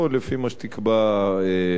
לפי מה שתקבע הכנסת.